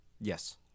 Yes